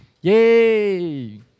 Yay